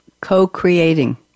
Co-creating